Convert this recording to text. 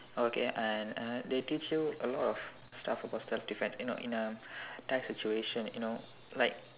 okay and uh they teach you a lot of stuff about self defense you know in a tight situation you know like